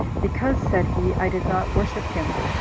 because, said he, i did not worship him,